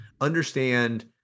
Understand